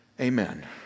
Amen